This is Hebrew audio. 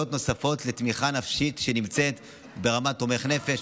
נוספות לתמיכה נפשית ברמת תומך נפש.